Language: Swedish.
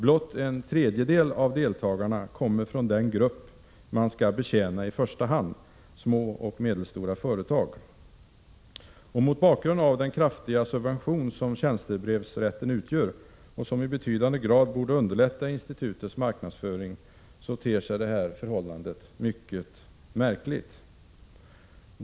Blott en tredjedel av deltagarna kommer från den grupp man skall betjäna i första hand, små och medelstora företag. Mot bakgrund av den kraftiga subvention som tjänstebrevsrätten utgör, som i betydande grad borde underlätta institutets marknadsföring, ter sig detta förhållande mycket märkligt.